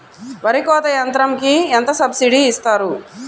వరి కోత యంత్రంకి ఎంత సబ్సిడీ ఇస్తారు?